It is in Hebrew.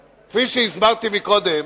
קודם,